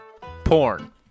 Porn